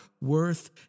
worth